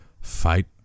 fight